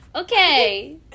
Okay